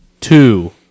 Two